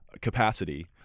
capacity